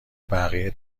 بقیه